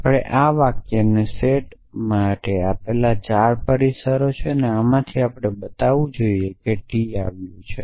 આ આપણને ચાર પ્રીમિસિસ વાક્યોનો સેટ આપેલ છે અને આમાંથી ટી આવ્યું છે આપણે તેવું બતાવવું છે